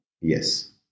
yes